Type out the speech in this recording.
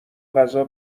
غذا